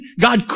God